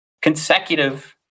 consecutive